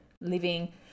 living